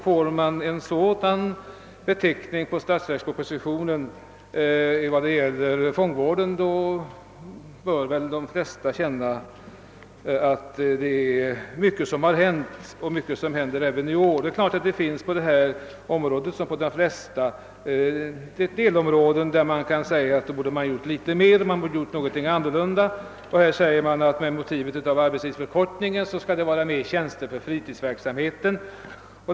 Får man en sådan beteckning på statsverkspropositionen vad beträffar fångvården bör väl de flesta känna, att det är mycket som har hänt och mycket som händer även i år. Det är klart att på detta område liksom på de flesta finns delområden om vilka det kan sägas, att man borde ha gjort litet mer eller ha gjort någonting annorlunda. Här motiverar man med hänvisning till arbetstidsförkortningen, att det bör vara fler tjänster för fritidsverksamheten.